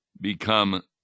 become